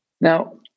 Now